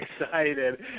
excited